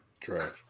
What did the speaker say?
Trash